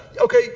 okay